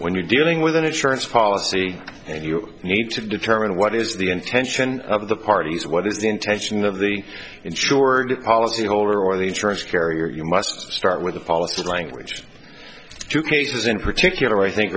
when you're dealing with an insurance policy and you need to determine what is the intention of the parties what is the intention of the insured policy holder or the insurance carrier you must start with a policy language to cases in particular i think